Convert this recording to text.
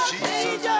Jesus